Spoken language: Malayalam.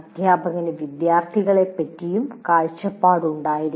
അധ്യാപകന് വിദ്യാർത്ഥികളെപ്പറ്റിയും കാഴ്ചപ്പാട് ഉണ്ടായിരിക്കണം